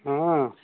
ହଁ